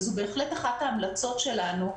זה בהחלט אחת ההמלצות שלנו,